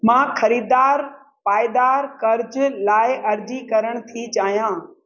मां ख़रीदार पाइदारु कर्ज़ु लाइ अर्जी करण थी चाहियां